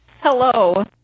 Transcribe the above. Hello